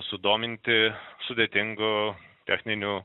sudominti sudėtingu techniniu